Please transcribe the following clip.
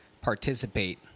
participate